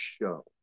show